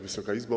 Wysoka Izbo!